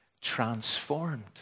transformed